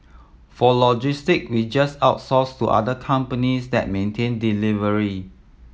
for logistic we just outsource to other companies that maintain delivery